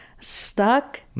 stuck